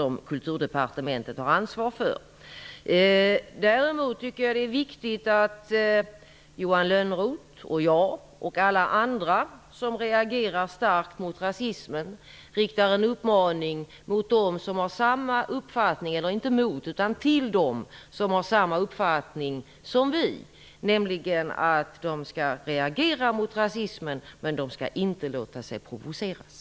Den utredningen har Jag tycker att det är viktigt att alla vi som reagerar starkt mot rasismen riktar en uppmaning till dem som har samma uppfattning som vi att de skall reagera mot rasismen men inte låta sig provoceras.